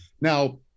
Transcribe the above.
Now